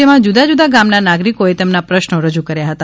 જેમાં જુદા જુદા ગામના નાગરિકોએ તેમના પ્રશ્નો રજૂ કર્યા હતા